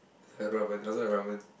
had ramen I also had ramen